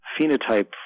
phenotype